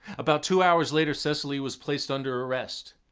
about two hours later, cecily was placed under arrest.